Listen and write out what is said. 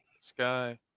Sky